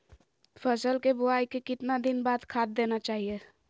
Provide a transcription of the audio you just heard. फसल के बोआई के कितना दिन बाद खाद देना चाइए?